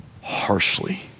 harshly